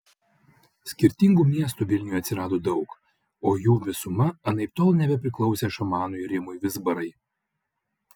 skirtingų miestų vilniuje atsirado daug o jų visuma anaiptol nebepriklausė šamanui rimui vizbarai